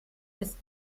ist